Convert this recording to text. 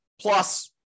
plus